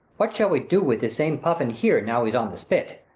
what shall we do with this same puffin here, now he's on the spit?